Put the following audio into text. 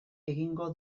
egingo